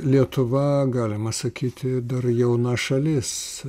lietuva galima sakyti dar jauna šalis